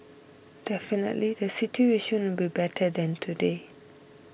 definitely the situation will be better than today